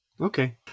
Okay